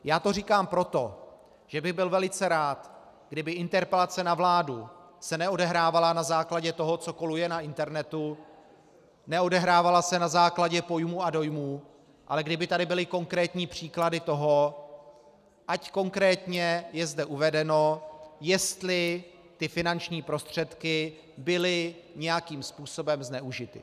Já to říkám proto, že bych byl velice rád, kdyby se interpelace na vládu neodehrávala na základě toho, co koluje na internetu, neodehrávala se na základě pojmů a dojmů, ale kdyby tady byly konkrétní případy, ať konkrétně je zde uvedeno, jestli ty finanční prostředky byly nějakým způsobem zneužity.